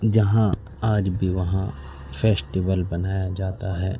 جہاں آج بھی وہاں فیسٹیول بنایا جاتا ہے